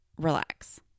relax